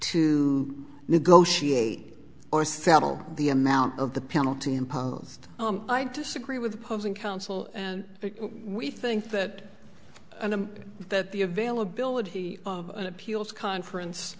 to negotiate or saddle the amount of the penalty imposed i disagree with opposing counsel and we think that that the availability of appeals conference